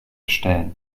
stellen